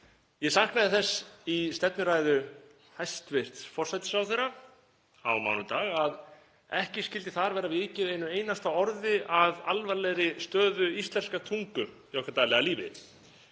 Ég saknaði þess í stefnuræðu hæstv. forsætisráðherra á mánudag að ekki skyldi þar vera vikið einu einasta orði að alvarlegri stöðu íslenskrar tungu í okkar daglega lífi.